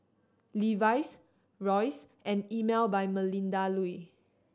Levi's Royce and Emel by Melinda Looi